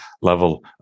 level